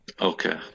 okay